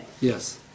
yes